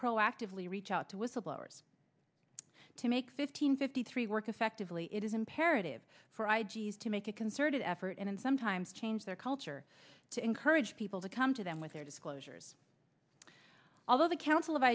proactively reach out to whistleblowers to make fifteen fifty three work effectively it is imperative for ids to make a concerted effort in and sometimes change their culture to encourage people to come to them with their disclosures although the council of